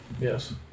Yes